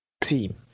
team